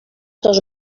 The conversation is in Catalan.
tos